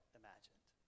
imagined